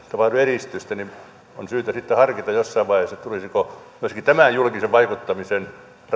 tapahdu edistystä niin on syytä sitten harkita jossain vaiheessa tulisiko myöskin tämän julkisen vaikuttamisen rahoituksen